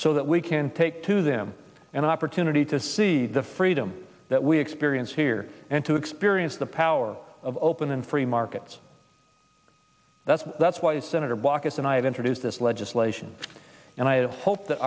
so that we can take to the i am an opportunity to see the freedom that we experience here and to experience the power of open and free markets that's that's why senator baucus and i have introduced this legislation and i hope th